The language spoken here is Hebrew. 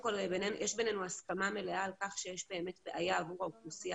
יש בינינו הסכמה מלאה על כך שיש בעיה עבור האוכלוסייה